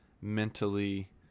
mentally